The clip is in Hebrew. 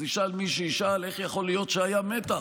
אז ישאל מי שישאל, איך יכול להיות שהיה מתח?